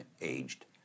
aged